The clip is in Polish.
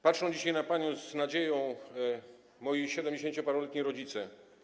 Patrzą dzisiaj na panią z nadzieją moi siedemdziesięcioparoletni rodzice.